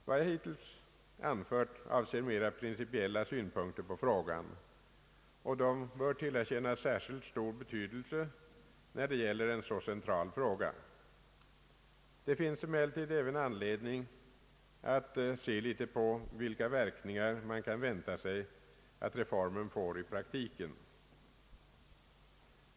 Vad jag hittills har anfört avser mera principiella synpunkter på frågan, och dessa bör tillerkännas särskilt stor betydelse när det gäller en så central fråga. Det finns emellertid även anledning att se litet på vilka verkningar man kan vänta sig att reformen får i praktiken.